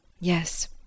Yes